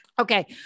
Okay